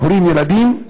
הורים ילדים,